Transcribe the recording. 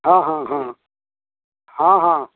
हाँ हाँ हाँ हाँ हाँ